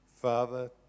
Father